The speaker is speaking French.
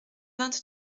vingt